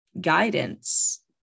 guidance